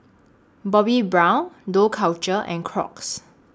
Bobbi Brown Dough Culture and Crocs